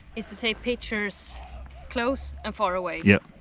is to take pictures close and far away. yeah.